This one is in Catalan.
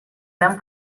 gran